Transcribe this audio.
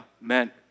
meant